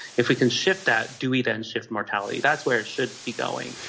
if we can shift that, do we then shift mortality? that's where it should be going.